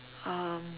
um